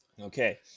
Okay